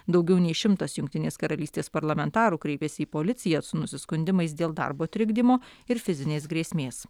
daugiau nei šimtas jungtinės karalystės parlamentarų kreipėsi į policiją su nusiskundimais dėl darbo trikdymo ir fizinės grėsmės